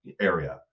area